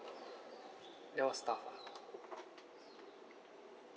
that was tough ah